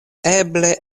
eble